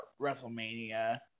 WrestleMania